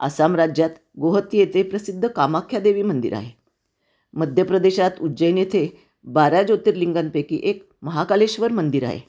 आसाम राज्यात गोहती येथे प्रसिद्ध कामाख्या देवी मंदिर आहे मध्य प्रदेशात उज्जैन येथे बारा ज्योतिर्लिंगांपैकी एक महाकालेश्वर मंदिर आहे